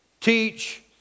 teach